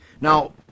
Now